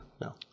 No